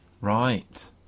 Right